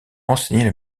enseigner